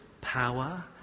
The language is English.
power